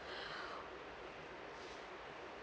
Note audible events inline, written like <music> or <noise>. <breath>